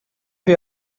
wir